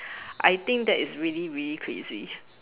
I think that is really really crazy